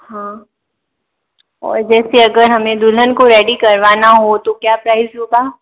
हाँ और जैसे अगर हमें दुल्हन को रेडी करवाना हो तो क्या प्राइज़ होगा